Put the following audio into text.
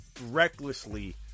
recklessly